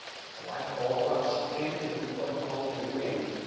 so i call her up. she answers before the phone even rings.